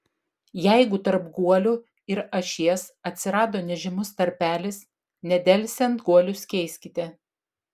jeigu tarp guolių ir ašies atsirado nežymus tarpelis nedelsiant guolius keiskite